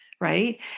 Right